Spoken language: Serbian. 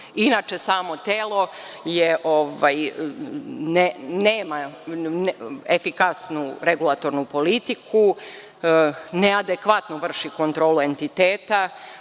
samo telo nema efikasnu regulatornu politiku, neadekvatno vrši kontrolu entiteta,